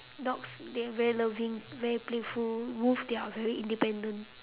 dogs they are very loving very playful wolf they are very independent